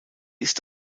ist